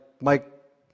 Mike